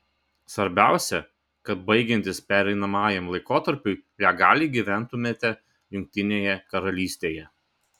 svarbiausia kad baigiantis pereinamajam laikotarpiui legaliai gyventumėte jungtinėje karalystėje